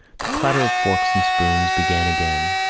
the clatter of forks and spoons began again.